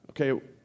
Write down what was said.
Okay